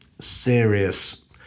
serious